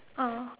oh